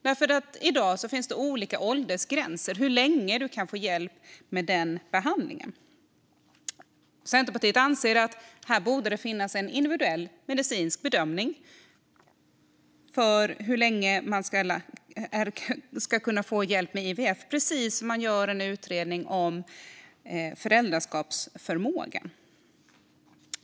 I dag finns det olika åldersgränser när det gäller hur länge du kan få hjälp med en sådan behandling. Centerpartiet anser att det borde göras en individuell medicinsk bedömning av hur länge man ska kunna få hjälp med IVF, precis som man gör en utredning om föräldraskapsförmåga.